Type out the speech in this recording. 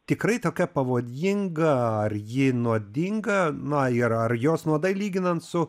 tikrai tokia pavojinga ar ji nuodinga na ir ar jos nuodai lyginant su